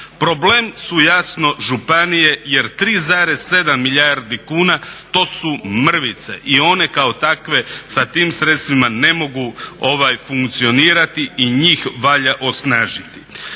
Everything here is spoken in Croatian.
Problem su jasno županije jer 3,7 milijardi kuna to su mrvice i one kao takve sa tim sredstvima ne mogu funkcionirati i njih valja osnažiti.